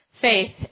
faith